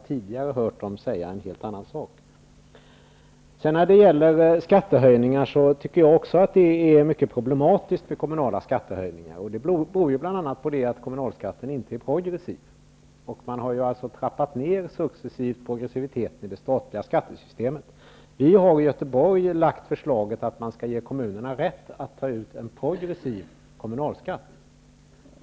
Tidigare har jag i alla fall hört dem säga något helt annat. Jag tycker också att det är mycket problematiskt med kommunala skattehöjningar. Bl.a. är kommunalskatten inte progressiv. Progressiviteten i det statliga skattesystemet har dock successivt trappats ner. I Göteborg har vi lagt fram förslaget att kommuner skall få rätt att ta ut en progressiv kommunalskatt.